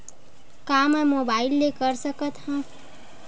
का मै मोबाइल ले कर सकत हव?